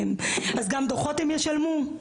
אז גם דוחות הם ישלמו?